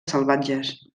salvatges